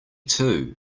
too